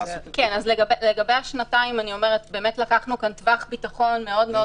לגבי השנתיים, לקחנו טווח ביטחון רציני מאוד.